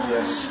Yes